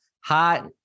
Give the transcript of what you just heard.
hot